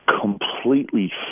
completely